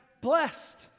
blessed